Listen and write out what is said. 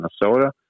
Minnesota